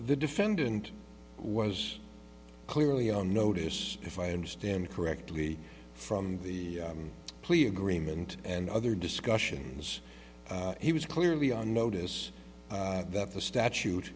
the defendant was clearly on notice if i understand correctly from the plea agreement and other discussions he was clearly on notice that the statute